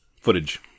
footage